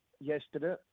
yesterday